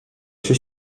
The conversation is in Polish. się